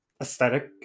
aesthetic